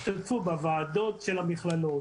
משתתפים בוועדות של המכללות,